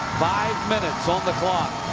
five minutes on the clock.